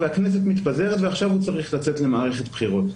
הכנסת מתפזרת ועכשיו הוא צריך לצאת למערכת בחירות.